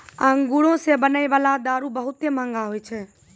अंगूरो से बनै बाला दारू बहुते मंहगा होय छै